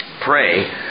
Pray